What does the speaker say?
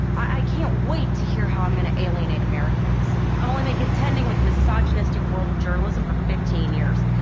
i can't wait to hear how i'm going to alienate americans. i'm only been contending with a misogynistic world of journalism for fifteen years.